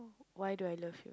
why do I love